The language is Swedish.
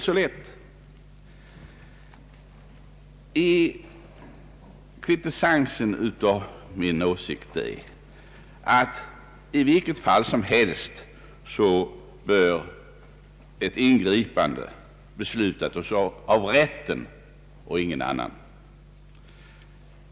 Sammanfattningsvis anser jag att i vilket fall som helst ett ingripande bör beslutas av rätten och ingen annan.